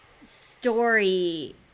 story